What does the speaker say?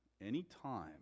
anytime